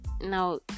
now